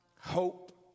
Hope